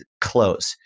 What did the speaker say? close